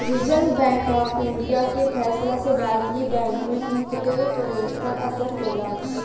reserve Bank of India के फैसला से भारतीय बैंक में इंटरेस्ट रेट पर असर होला